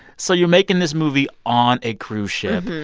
so you're making this movie on a cruise ship.